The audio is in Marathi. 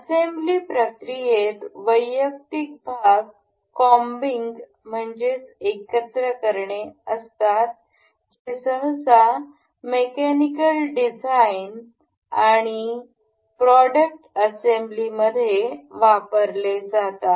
असेंब्ली प्रक्रियेत वैयक्तिक भाग कॉम्बिंग म्हणजेच एकत्र करणे असतात जे सहसा मेकॅनिकल डिझाइन आणि प्रॉडक्ट असेंब्लीमध्ये वापरले जातात